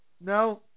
No